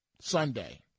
Sunday